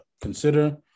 consider